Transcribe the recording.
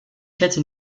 hätte